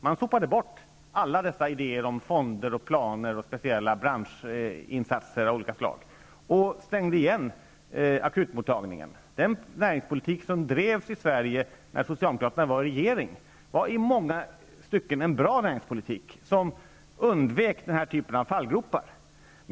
Man sopade bort alla dessa idéer om fonder, planer och speciella branschinsatser av olika slag och stängde igen akutmottagningen. Den näringspolitik som drevs i Sverige när socialdemokraterna var i regering var i många stycken en bra näringspolitik, som undvek den här typen av fallgropar.